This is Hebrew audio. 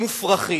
מופרכים.